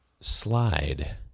slide